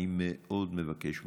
אני מאוד מבקש מכם: